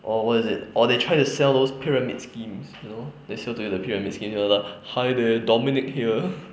or what is it or they try to sell pyramid schemes you know they sell to the pyramid schemes they'll like hi there dominic here